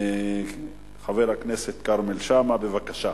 חבר הכנסת כרמל שאמה, בבקשה.